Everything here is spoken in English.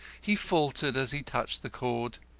he faltered as he touched the cord.